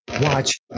watch